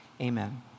amen